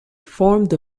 formed